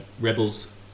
Rebels